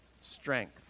Strength